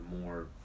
more